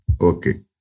Okay